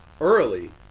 early